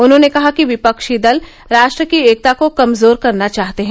उन्होंने कहा कि विपक्षी दल रा ट्र की एकता को कमजोर करना चाहते हैं